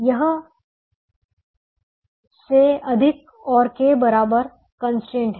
यह से अधिक और के बराबर कंस्ट्रेंट है